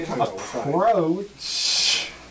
approach